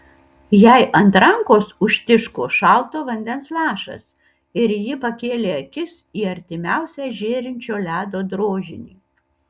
jai ant rankos užtiško šalto vandens lašas ir ji pakėlė akis į artimiausią žėrinčio ledo drožinį